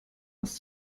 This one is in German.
was